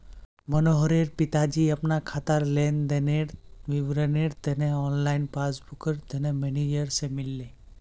मनोहरेर पिताजी अपना खातार लेन देनेर विवरनेर तने ऑनलाइन पस्स्बूकर तने मेनेजर से मिलले